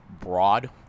Broad